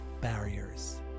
barriers